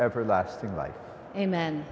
everlasting life amen